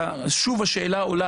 שוב השאלה עולה,